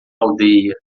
aldeia